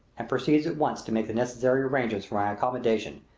and proceeds at once to make the necessary arrangements for my accommodation,